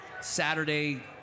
Saturday